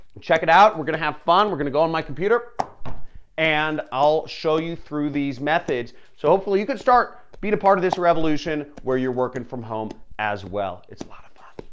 check it out. we're going to have fun. we're going to go on my computer and i'll show you through these methods. so hopefully you could start being a part of this revolution where you're working from home as well. it's a lot of fun.